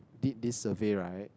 did this survey right